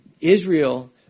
Israel